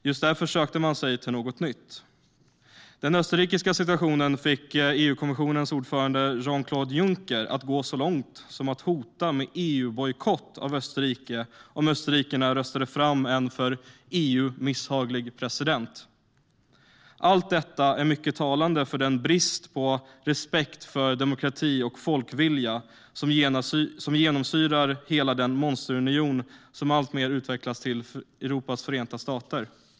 Just därför sökte man sig till något nytt. Den österrikiska situationen fick EU-kommissionens ordförande Jean-Claude Juncker att gå så långt som att hota med EU-bojkott av Österrike om österrikarna röstade fram en för EU misshaglig president. Allt detta är mycket talande för den brist på respekt för demokrati och folkvilja som genomsyrar hela den monsterunion som alltmer utvecklas till Europas förenta stater.